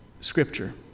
scripture